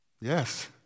Yes